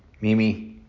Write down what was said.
Mimi